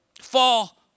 Fall